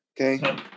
Okay